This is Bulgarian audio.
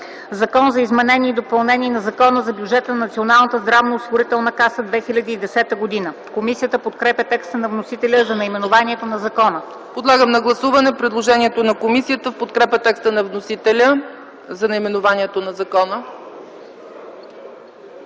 „Закон за изменение и допълнение на Закона за бюджета на Националната здравноосигурителна каса за 2010 г.” Комисията подкрепя текста на вносителя за наименованието на закона. ПРЕДСЕДАТЕЛ ЦЕЦКА ЦАЧЕВА: Подлагам на гласуване предложението на комисията в подкрепа текста на вносителя за наименованието на закона.